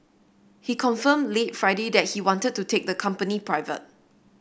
he confirmed late Friday that he wanted to take the company private